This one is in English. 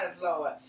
Lord